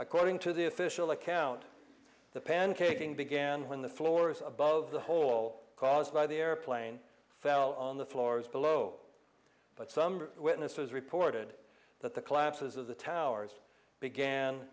according to the official account the pancaking began when the floors above the hole caused by the airplane fell on the floors below but some witnesses reported that the collapses of the towers began